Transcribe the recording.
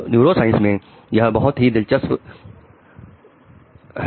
neuroscience में यह बहुत ही दिलचस्प उसमें है